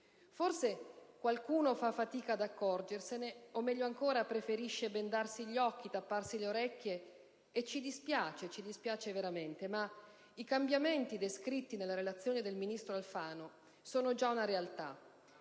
Forse qualcuno fa fatica ad accorgersene, o meglio ancora preferisce bendarsi gli occhi, tapparsi le orecchie - e ci dispiace, ci dispiace veramente - ma i cambiamenti descritti nella relazione del ministro Alfano sono già una realtà.